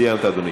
סיימת, אדוני.